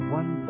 one